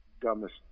dumbest